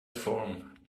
form